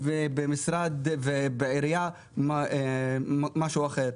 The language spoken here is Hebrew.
ובעירייה משהו אחר.